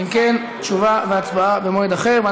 אם כן, תשובה והצבעה במועד אחר.